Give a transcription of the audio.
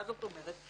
מה זאת אומרת?